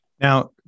Now